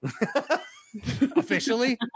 Officially